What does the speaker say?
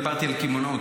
דיברתי על קמעונאות,